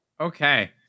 okay